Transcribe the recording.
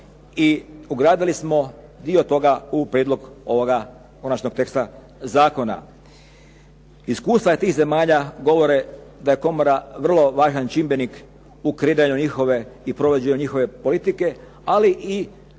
i ugradili smo dio toga u prijedlog ovoga konačnog teksta zakona. Iskustva tih zemalja govore da je komora vrlo važan čimbenik u kreiranju njihove i provođenju njihove politike, ali i